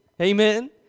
Amen